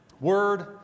word